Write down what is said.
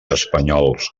espanyols